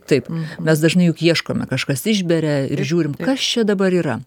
taip mes dažnai juk ieškome kažkas išberia ir žiūrim kas čia dabar yra